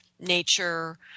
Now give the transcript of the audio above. nature